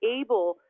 able